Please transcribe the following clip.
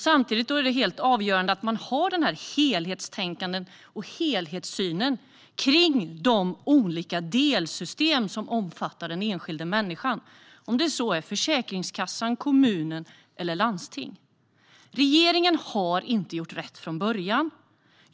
Samtidigt är det helt avgörande att man har ett helhetstänkande och en helhetssyn på de olika delsystem som omfattar den enskilda människan, om det så är fråga om Försäkringskassan, kommun eller landsting. Regeringen har inte gjort rätt från början.